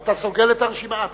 אתה סוגר את הרשימה.